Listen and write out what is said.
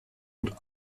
und